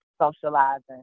socializing